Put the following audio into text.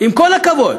עם כל הכבוד?